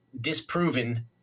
disproven